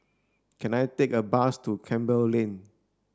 can I take a bus to Campbell Lane